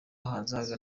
uhagaze